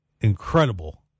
incredible